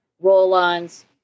roll-ons